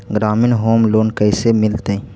ग्रामीण home loan कैसे मिलतै?